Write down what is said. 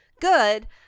good